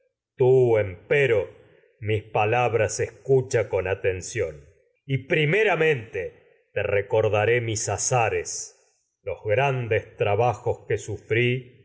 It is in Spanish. tú con pero mis te palabras recordaré escucha mis atención y primera trabajos inmortal para mente azares para los grandes esta que sufrí